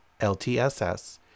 LTSS